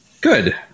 Good